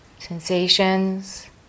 Sensations